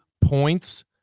points